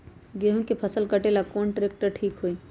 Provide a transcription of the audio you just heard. गेहूं के फसल कटेला कौन ट्रैक्टर ठीक होई?